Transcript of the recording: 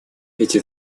эти